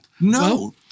no